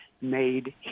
made